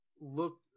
look